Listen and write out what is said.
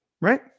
right